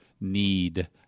need